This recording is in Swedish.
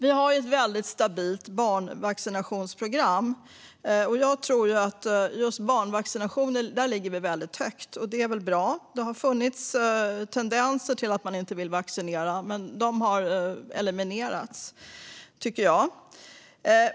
Vi har ju ett väldigt stabilt barnvaccinationsprogram. När det gäller just barnvaccinationerna ligger vi väldigt högt. Det är bra. Det har funnits tendenser till att man inte vill vaccinera, men de har eliminerats, tycker jag.